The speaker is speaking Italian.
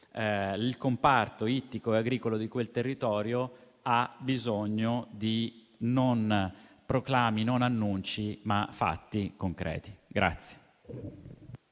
il comparto ittico e agricolo di quel territorio ha bisogno non di proclami e di annunci, ma di fatti concreti.